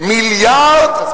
מיליארד 200